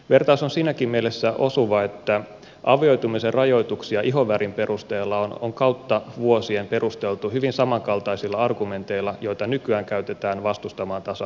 vertaus on siinäkin mielessä osuva että avioitumisen rajoituksia ihonvärin perusteella on kautta vuosien perusteltu hyvin samankaltaisilla argumenteilla kuin mitä nykyään käytetään vastustamaan tasa arvoista avioliittolakia